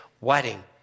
wedding